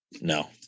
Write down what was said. No